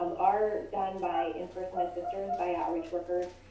um are done by in-person assisters, by outreach workers.